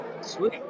Sweet